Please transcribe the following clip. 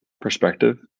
perspective